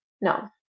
No